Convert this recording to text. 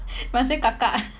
must say kakak